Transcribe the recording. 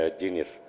genius